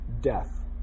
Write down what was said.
death